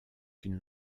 une